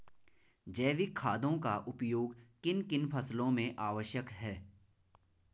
जैविक खादों का उपयोग किन किन फसलों में आवश्यक है?